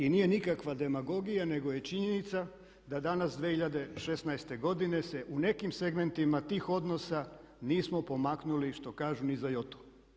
I nije nikakva demagogija, nego je činjenica da danas 2016. godine se u nekim segmentima tih odnosa nismo pomaknuli što kažu ni za joto.